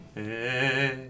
Hey